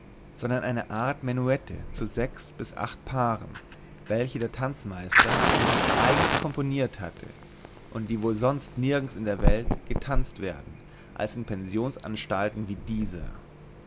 sondern eine art menuette zu sechs bis acht paaren welche der tanzmeister für sie eigens komponiert hatte und die wohl sonst nirgends in der welt getanzt werden als in pensionsanstalten wie dieser